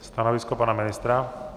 Stanovisko pana ministra?